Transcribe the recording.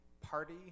party